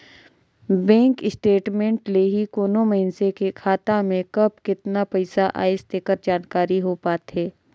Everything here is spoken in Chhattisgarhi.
बेंक स्टेटमेंट ले ही कोनो मइसने के खाता में कब केतना पइसा आइस तेकर जानकारी हो पाथे